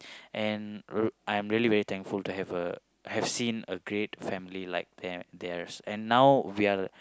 and r~ I'm really very thankful to have a have seen a great family like them theirs and now we're